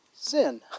sin